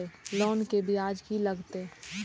Loan के ब्याज की लागते?